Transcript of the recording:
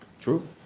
true